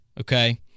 okay